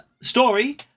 Story